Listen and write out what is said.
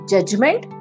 Judgment